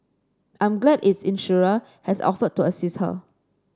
I'm glad its insurer has offered to assist her